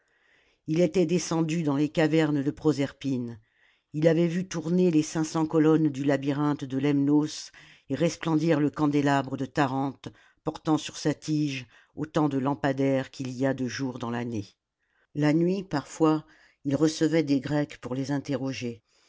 il était descendu dans les cavernes de proserpine il avait vu tourner les cinq cents colonnes du labyrinthe de lemnos et resplendir le candélabre de tarente portant sur sa tige autant de lampadaires qu'il y a de jours dans l'année la nuit parfois il recevait des grecs pour les interroger